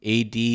AD